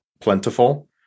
plentiful